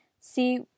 See